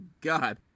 God